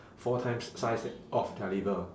four times size of their liver